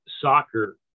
soccer